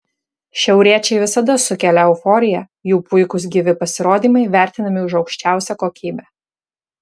šiauriečiai visada sukelia euforiją jų puikūs gyvi pasirodymai vertinami už aukščiausią kokybę